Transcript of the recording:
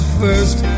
first